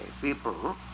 people